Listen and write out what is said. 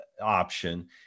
option